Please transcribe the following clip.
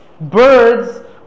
Birds